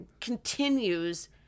continues